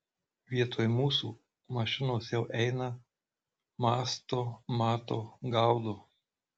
vietoj mūsų mašinos jau eina mąsto mato gaudo